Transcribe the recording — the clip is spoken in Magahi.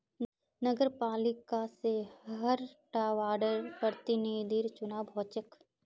नगरपालिका से हर टा वार्डर प्रतिनिधिर चुनाव होचे